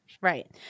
Right